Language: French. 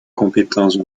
compétences